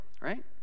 right